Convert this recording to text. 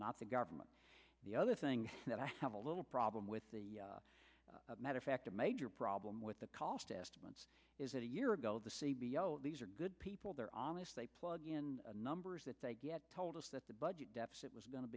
not the government the other thing that i have a little problem with the matter fact a major problem with the cost estimates is that a year ago the c b l these are good people they're honest they plug in the numbers that they told us that the budget deficit was going to